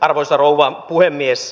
arvoisa rouva puhemies